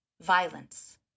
violence